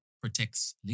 protects